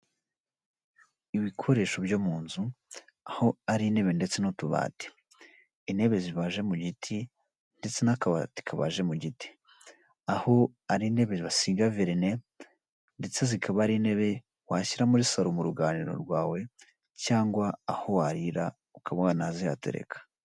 Ibikoresho byo mu nzu aho ari intebe ndetse n'utubati, intebe zibaje mu giti ndetse n'akabati kabaje mu giti, aho ari intebe basiga verine ndetse zikaba ari intebe washyira muri saro mu ruganiriro rwawe, cyangwa aho warira ukaba wanazihatereka.